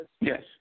Yes